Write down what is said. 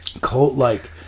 Cult-like